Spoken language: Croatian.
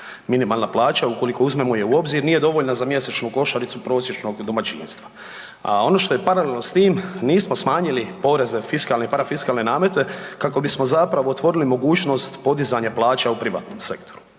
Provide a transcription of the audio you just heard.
minimalna plaća ukoliko uzmemo je u obzir nije dovoljna za mjesečnu košaricu prosječnog domaćinstva. A ono što je paralelno s tim nismo smanjili poreze, fiskalne i parafiskalne namete kako bismo zapravo otvorili mogućnost podizanja plaća u privatnom sektoru.